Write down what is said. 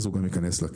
אז הוא גם ייכנס לכלא.